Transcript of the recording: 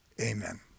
Amen